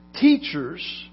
teachers